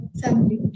family